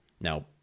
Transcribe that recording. Now